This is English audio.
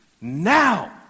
Now